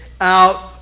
out